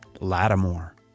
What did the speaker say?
Lattimore